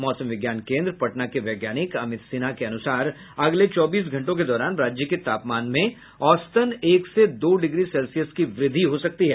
मौसम विज्ञान केन्द्र पटना के वैज्ञानिक अमित सिन्हा के अनुसार अगले चौबीस घंटों के दौरान राज्य के तापमान में औसतन एक से दो डिग्री सेल्सियस की वृद्धि हो सकती है